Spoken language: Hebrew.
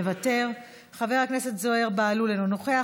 מוותר, חבר הכנסת זוהיר בהלול, אינו נוכח,